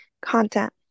content